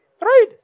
right